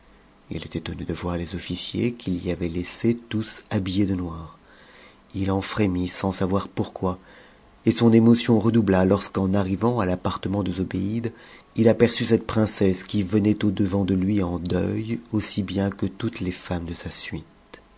ï est étonné dp voir les officiers qu'il y avait laissés tous habillés de noir it en ft'em't sans savoir pourquoi et son émotion redoubla lorsqu'en arrivant à appartement de zobéide il aperçut cette princesse qui venait au devan de lui en deuil aussi bien que toutes les femmes de sa suite